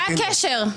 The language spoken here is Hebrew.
מה הקשר?